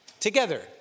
Together